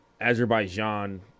azerbaijan